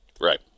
Right